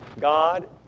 God